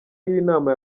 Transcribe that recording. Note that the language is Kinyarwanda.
y’inama